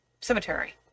cemetery